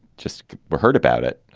just heard about it.